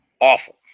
awful